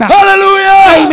Hallelujah